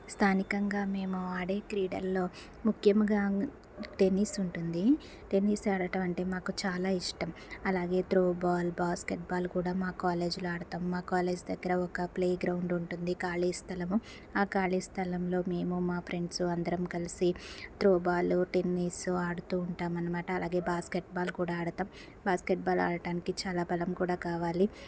స్థానికంగా మేము ఆడే క్రీడల్లో ముఖ్యముగా టెన్నిస్ ఉంటుంది టెన్నిస్ ఆడడం అంటే మాకు చాలా ఇష్టం అలాగే త్రో బాల్ బాస్కెట్బాల్ కూడా మా కాలేజీలో ఆడతాం మా కాలేజ్ దగ్గర ఒక ప్లేగ్రౌండ్ ఉంటుంది ఖాళీ స్థలము ఆ ఖాళీ స్థలంలో మేము మా ఫ్రెండ్స్ అందరం కలసి త్రో బాల్ టెన్నిస్ ఆడుతూ ఉంటాం అనమాట అలాగే బాస్కెట్బాల్ కూడా ఆడతాం బాస్కెట్బాల్ ఆడటానికి చాలా బలం కూడా కావాలి